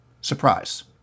Surprise